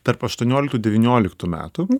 tarp aštuonioliktų devynioliktų metų